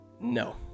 No